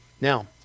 Now